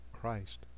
Christ